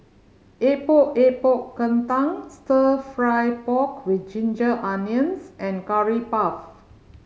Epok Epok Kentang Stir Fry pork with ginger onions and Curry Puff